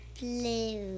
Blue